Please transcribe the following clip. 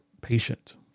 patient